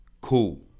cool